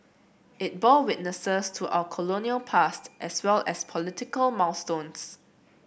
it bore witness to our colonial past as well as political milestones